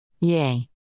Yay